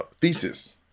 thesis